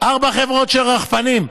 ארבע חברות של רחפנים.